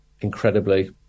incredibly